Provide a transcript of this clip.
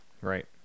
right